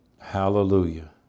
hallelujah